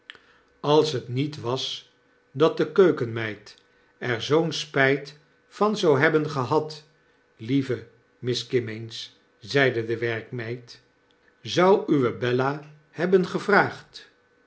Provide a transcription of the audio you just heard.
als het niet was dat de keukenmeid er zoo'n spijt van zou hebben gehad lieve miss kimmeens zeide de werkmeid jzou uwe bella hebben gevraagd